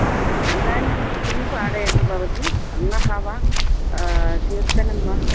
हा इदानीं किं पाठयति भवती ब्रन्नः वा कीर्तनं वा